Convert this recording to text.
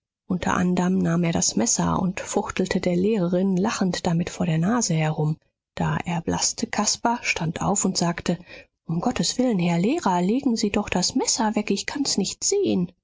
unter anderm nahm er das messer und fuchtelte der lehrerin lachend damit vor der nase herum da erblaßte caspar stand auf und sagte um gottes willen herr lehrer legen sie doch das messer weg ich kann's nicht sehen